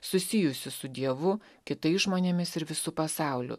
susijusių su dievu kitais žmonėmis ir visu pasauliu